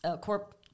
corp